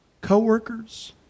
Co-workers